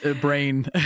brain